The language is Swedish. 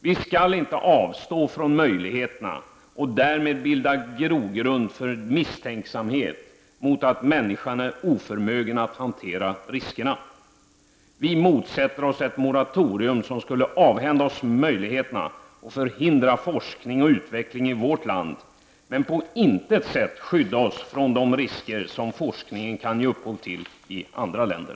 Vi skall inte avstå från möjligheterna, och därmed bilda grogrund för misstänksamhet om att människan är oförmögen att hantera riskerna. Vi motsätter oss ett moratorium, som skulle avhända oss möjligheterna och förhindra forskning och utveckling i vårt land, men på intet sätt skydda oss från de risker som forskningen kan ge upphov till i andra länder.